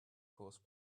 course